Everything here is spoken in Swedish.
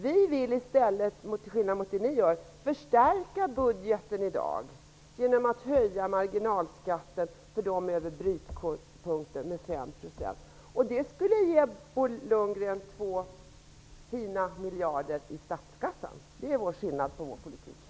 Vi vill, till skillnad från er, förstärka budgeten i dag genom att höja marginalskatten med 5 % för inkomster över brytpunkten. Det skulle ge Bo Lundgren två fina miljarder i statskassan. Det är skillnaden mellan vår och er politik.